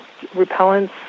repellents